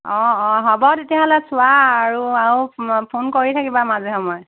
অঁ অঁ হ'ব তেতিয়াহ'লে চোৱা আৰু আৰু ফোন কৰি থাকিবা মাজে সময়ে